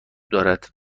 دارد